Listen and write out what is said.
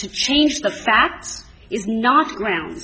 to change the facts is not ground